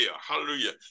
hallelujah